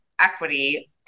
equity